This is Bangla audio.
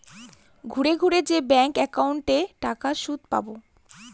ঘুরে ঘুরে যে ব্যাঙ্ক একাউন্টে টাকার সুদ পাবো